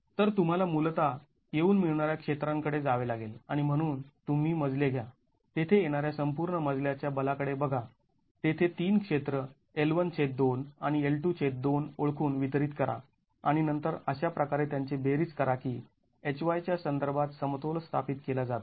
तर तुम्हाला मूलत येऊन मिळणाऱ्या क्षेत्रांकडे जावे लागेल आणि म्हणून तुम्ही मजले घ्या तेथे येणाऱ्या संपूर्ण मजल्या च्या बला कडे बघा तेथे तीन क्षेत्र L 12 आणि L 2 2 ओळखून वितरित करा आणि नंतर अशा प्रकारे त्यांची बेरीज करा की Hy च्या संदर्भात समतोल स्थापित केला जातो